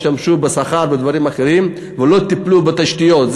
השתמשו בו לשכר ולדברים אחרים ולא טיפלו בתשתיות.